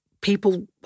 people